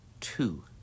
two